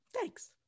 Thanks